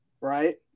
right